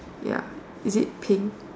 ya is it pink